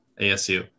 ASU